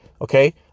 Okay